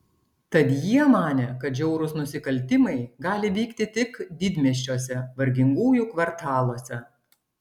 tad jie manė kad žiaurūs nusikaltimai gali vykti tik didmiesčiuose vargingųjų kvartaluose